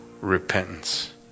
repentance